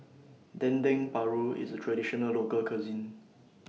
Dendeng Paru IS A Traditional Local Cuisine